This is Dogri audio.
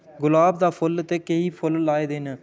गुलाब दा फुल्ल ते केईं फुल्ल लाए दे न